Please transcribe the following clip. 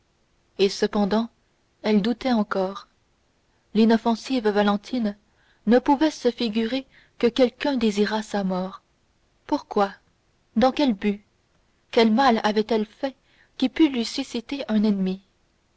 et cependant elle doutait encore l'inoffensive valentine ne pouvait se figurer que quelqu'un désirât sa mort pourquoi dans quel but quel mal avait-elle fait qui pût lui susciter un ennemi